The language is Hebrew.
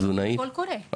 הוצאנו ׳קול קורא׳.